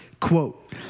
Quote